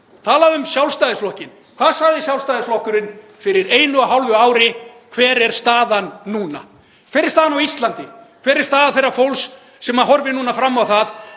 talaðu um Sjálfstæðisflokkinn. Hvað sagði Sjálfstæðisflokkurinn fyrir einu og hálfu ári? Hver er staðan núna? Hver er staðan á Íslandi? Hver er staða þess fólks sem horfir núna fram á það